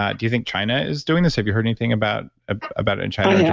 ah do you think china is doing this? have you heard anything about ah about it in china yeah